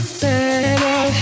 better